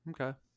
Okay